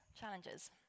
challenges